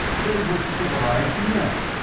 they were civilized men.